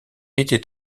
était